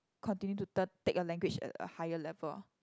continue to turn take a language at a higher level